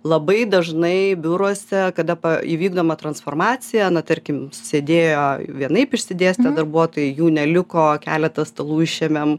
labai dažnai biuruose kada įvykdoma transformacija na tarkim sėdėjo vienaip išsidėstę darbuotojai jų neliko keletą stalų išėmėm